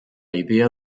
idea